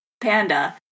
panda